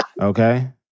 Okay